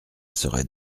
serait